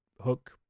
Hook